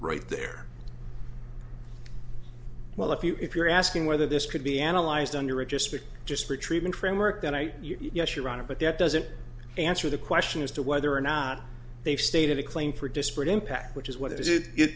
right there well if you if you're asking whether this could be analyzed under a just pick just for treatment framework then i yes your honor but that doesn't answer the question as to whether or not they've stated a claim for disparate impact which is what is it it